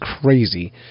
crazy